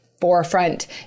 forefront